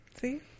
See